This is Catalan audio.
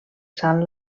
sant